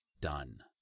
done